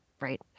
right